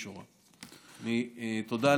תודה.